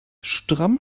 stramm